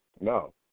no